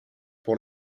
pour